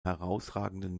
herausragenden